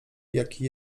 jaki